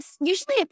usually